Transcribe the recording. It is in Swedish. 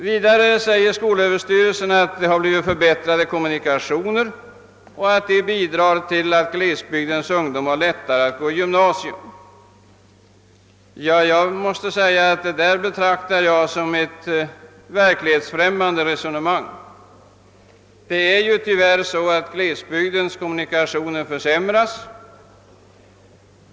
Vidare säger SÖ att det har blivit förbättrade kommunikationer och att dessa bidrar till att glesbygdens ungdom har det lättare att gå i gymnasium. Detta anser jag vara ett verklighetsfrämmande resonemang. Tyvärr försämras glesbygdens kommunikationer.